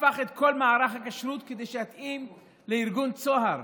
הפך את כל מערך הכשרות כדי שיתאים לארגון צהר,